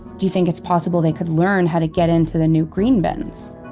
do you think it's possible they could learn how to get into the new green bins?